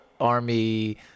army